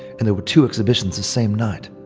and there were two exhibitions the same night.